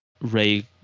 Ray